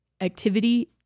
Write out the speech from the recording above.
activity